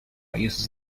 uses